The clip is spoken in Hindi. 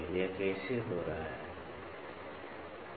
यह कैसे हो रहा है ठीक है